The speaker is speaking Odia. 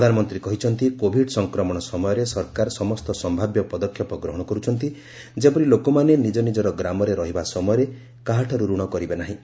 ପ୍ରଧାନମନ୍ତ୍ରୀ କହିଛନ୍ତି କୋଭିଡ ସଂକ୍ମଣ ସମୟରେ ସରକାର ସମସ୍ତ ସମ୍ଭାବ୍ୟ ପଦକ୍ଷେପ ଗ୍ରହଣ କରୁଛନ୍ତି ଯେପରି ଲୋକମାନେ ନିଜନିଜର ଗ୍ରାମରେ ରହିବା ସମୟରେ କାହାଠାରୁ ରଣ କରିବେ ନାହିଁ